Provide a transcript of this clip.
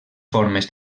formes